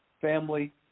family